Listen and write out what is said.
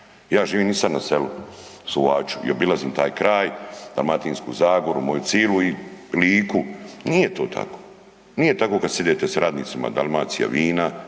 Ja živim i sad na selu, Suvaču i obilazim taj kraj Dalmatinsku zagoru, moju cilu Liku, nije to tako, nije tako kad sidete s radnicima Dalmacija vina,